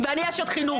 ואני אשת חינוך.